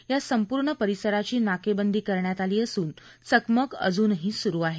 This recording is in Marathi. या संपूर्ण परिसराची नाकेबंदी करण्यात आली असून चकमक अजूनही सुरु आहे